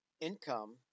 income